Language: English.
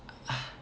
ah